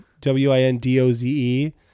w-i-n-d-o-z-e